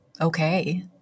okay